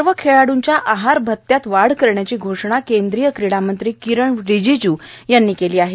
सर्व खेळाडूंच्या आहार भत्यात वाढ करण्याची घोषणा केंद्रीय क्रिडामंत्री किरण रिजिजू यांनी केली आहे